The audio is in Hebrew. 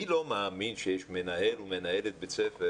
אני לא מאמין שיש מנהל או מנהלת בית ספר